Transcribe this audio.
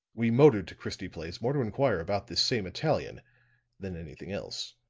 we motored to christie place more to inquire about this same italian than anything else.